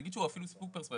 נגיד שהוא אפילו מפיץ-על,